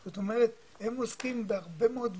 זאת אומרת, הם עוסקים בהרבה מאוד תלונות.